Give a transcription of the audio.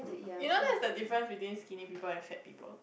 you know that's the difference between skinny people and fat people